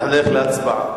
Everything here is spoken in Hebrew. נלך להצבעה.